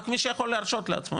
רק מי שיכול להרשות לעצמו,